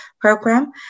Program